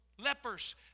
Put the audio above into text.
lepers